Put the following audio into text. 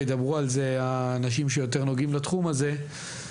וידברו על זה אנשים שיותר נוגעים לתחום הזה,